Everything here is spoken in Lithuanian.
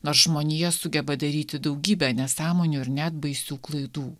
nors žmonija sugeba daryti daugybę nesąmonių ir net baisių klaidų